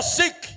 sick